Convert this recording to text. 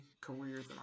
careers